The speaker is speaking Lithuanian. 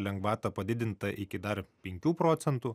lengvatą padidintą iki dar penkių procentų